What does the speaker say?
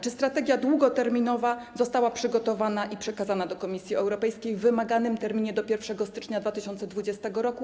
Czy strategia długoterminowa została przygotowana i przekazana do Komisji Europejskiej w wymaganym terminie, do 1 stycznia 2020 r.